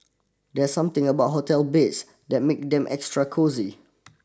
there's something about hotel beds that make them extra cosy